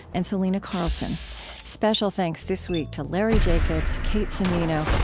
and selena carlson special thanks this week to larry jacobs, kate cimino,